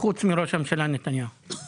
חוץ מראש הממשלה נתניהו.